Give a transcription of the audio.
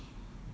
really